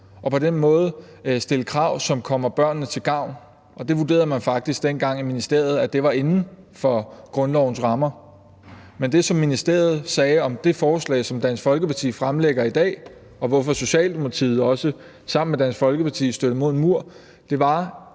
og på den måde skulle man stille krav, som kom børnene til gavn. Det vurderede man faktisk dengang i ministeriet var inden for grundlovens rammer. Men det, som ministeriet sagde om det forslag, som Dansk Folkeparti fremlægger i dag, og som er grunden til, at Socialdemokratiet sammen med Dansk Folkeparti stødte mod en mur, var,